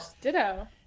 ditto